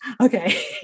Okay